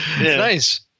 Nice